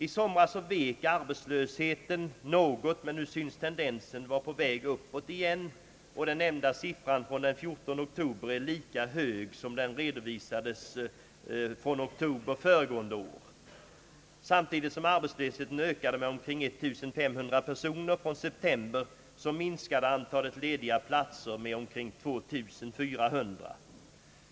I somras vek arbetslösheten något, men nu synes tendensen vara på väg uppåt igen, och den nämnda siffran från den 14 oktober är lika hög som den som redovisades för oktober föregående år. Samtidigt som arbetslösheten ökade med omkring 1500 personer från september minskade antalet lediga platser med omkring 2 400.